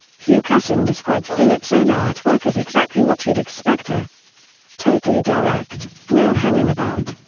hugh casson described philip's own artwork as exactly what you'd expect. ah totally direct, no hanging about.